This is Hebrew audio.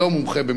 איני מומחה,